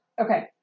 Okay